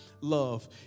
love